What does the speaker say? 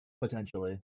Potentially